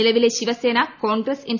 നിലവിലെ ശിവസേന കോൺഗ്ര്സ്ട് എൻ